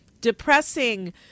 depressing